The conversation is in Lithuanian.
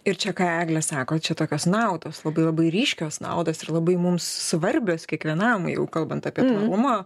ir čia ką eglė sako čia tokios naudos labai labai ryškios naudos ir labai mums svarbios kiekvienam jeigu kalbant apie tvarumą